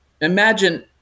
imagine